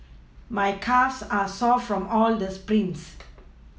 my calves are sore from all the sprints